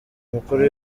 umukuru